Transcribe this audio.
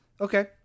Okay